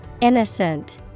Innocent